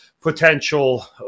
potential